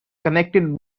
connected